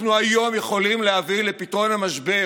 אנחנו היום יכולים להביא לפתרון המשבר,